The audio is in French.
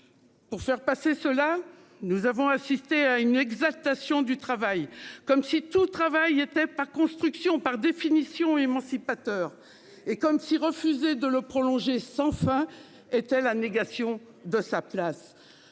Pour faire passer cela. Nous avons assisté à une exaltation du travail comme si tout travail était pas construction par définition émancipateur et comme s'il refusait de le prolonger sans fin était la négation de sa place.